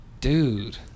Dude